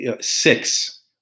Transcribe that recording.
six